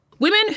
Women